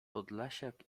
podlasiak